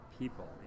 people